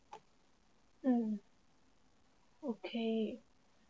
mm okay